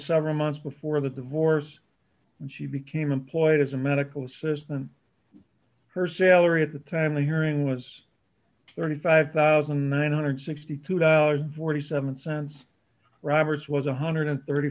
several months before the divorce and she became employed as a medical assistant her sailor at the time the hearing was thirty five thousand nine hundred and sixty two dollars forty seven cents roberts was one hundred and thirty